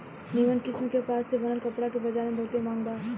निमन किस्म के कपास से बनल कपड़ा के बजार में बहुते मांग बा